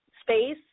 space